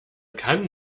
kann